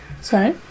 sorry